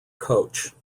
coach